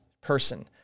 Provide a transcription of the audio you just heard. person